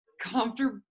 comfortable